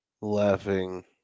laughing